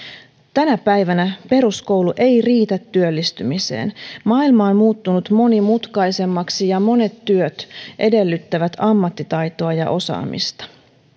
tänä päivänä peruskoulu ei riitä työllistymiseen maailma on muuttunut monimutkaisemmaksi ja monet työt edellyttävät ammattitaitoa ja osaamista